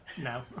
No